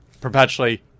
perpetually